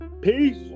Peace